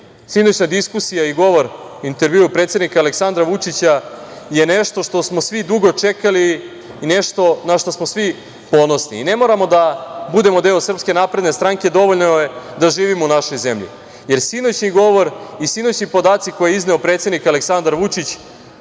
diskusija i govor, intervjuu predsednika Aleksandra Vučića, je nešto što smo svi dugo čekali i nešto na šta smo svi ponosni. Ne moramo da budemo deo SNS, dovoljno je da živimo u našoj zemlji. Jer, sinoćni govor i sinoćni podaci koje je izneo predsednik Aleksandar Vučić,